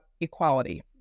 equality